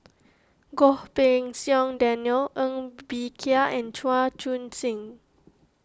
Goh Pei Siong Daniel Ng Bee Kia and Chan Chun Sing